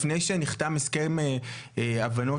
לפני שנחתם הסכם הבנות,